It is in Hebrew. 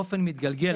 באופן מתגלגל,